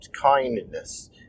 kindness